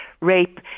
rape